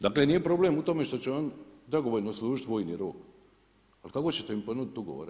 Dakle nije problem u tome što će oni dragovoljno služiti vojni rok, ali kako ćete im ponuditi ugovore